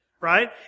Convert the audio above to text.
Right